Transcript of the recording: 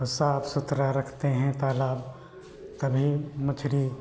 और साफ सुथरा रखते हैं तालाब तभी मछली